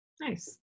Nice